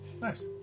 nice